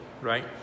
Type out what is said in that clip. right